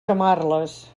camarles